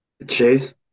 Chase